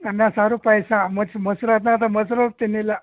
ಅನ್ನ ಸಾರು ಪಾಯಸ ಮೊಸ್ ಮೊಸ್ರು ಅದು ಆದ್ರೆ ಮೊಸರು ತಿಂದಿಲ್ಲ